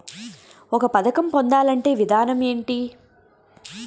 ఒక పథకం పొందాలంటే విధానం ఏంటి?